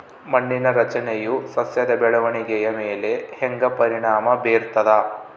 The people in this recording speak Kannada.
ಮಣ್ಣಿನ ರಚನೆಯು ಸಸ್ಯದ ಬೆಳವಣಿಗೆಯ ಮೇಲೆ ಹೆಂಗ ಪರಿಣಾಮ ಬೇರ್ತದ?